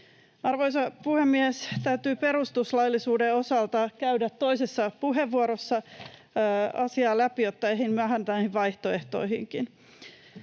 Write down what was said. Arvoisa puhemies! Täytyy perustuslaillisuuden osalta käydä toisessa puheenvuorossa asiaa läpi, jotta ehdin vähän näihin